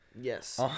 yes